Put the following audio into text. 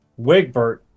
Wigbert